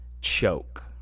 Choke